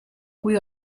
cui